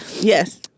yes